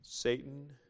Satan